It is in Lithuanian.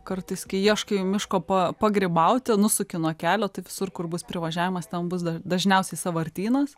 kartais kai ieškai miško pa pagrybauti nusuki nuo kelio tai visur kur bus privažiavimas ten bus dažniausiai sąvartynas